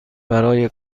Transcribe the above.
برای